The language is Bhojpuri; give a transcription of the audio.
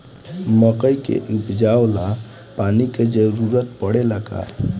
मकई के उपजाव ला पानी के जरूरत परेला का?